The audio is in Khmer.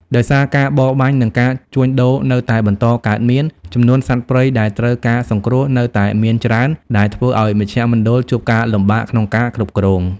ដោយសារការបរបាញ់ និងការជួញដូរនៅតែបន្តកើតមាន ចំនួនសត្វព្រៃដែលត្រូវការសង្គ្រោះនៅតែមានច្រើន ដែលធ្វើឱ្យមជ្ឈមណ្ឌលជួបការលំបាកក្នុងការគ្រប់គ្រង។